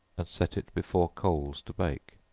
and set it before coals to bake.